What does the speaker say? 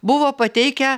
buvo pateikę